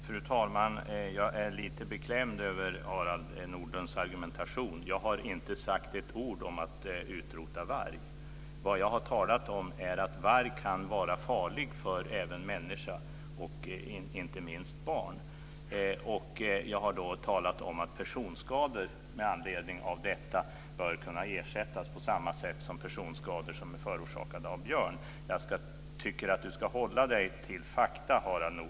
Fru talman! Jag är lite beklämd över Harald Nordlunds argumentation. Jag har inte sagt ett ord om att utrota varg. Det jag har talat om är att varg kan vara farlig även för människa, inte minst för barn. Jag har då talat om att personskador med anledning av detta bör kunna ersättas på samma sätt som personskador som är förorsakade av björn. Jag tycker att Harald Nordlund ska hålla sig till fakta.